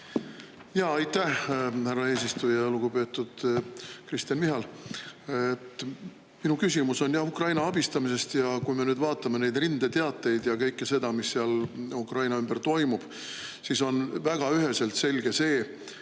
Aitäh, härra eesistuja! Lugupeetud Kristen Michal! Minu küsimus on jah Ukraina abistamisest. Kui me nüüd vaatame neid rindeteateid ja kõike seda, mis seal Ukraina ümber toimub, siis on väga üheselt selge see,